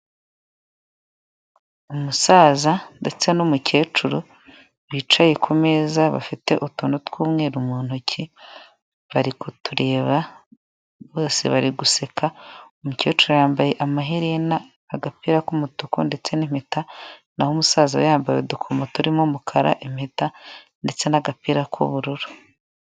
Umusaza ndetse n'umukecuru, bicaye ku meza bafite utuntu tw'umweru mu ntoke, bari kutureba bose bari guseka, umukecuru yambaye amaherena, agapira k'umutuku ndetse n'impeta. Naho umusaza we yambaye udukomo turimo umukara, impeta ndetse n'agapira k'ubururu.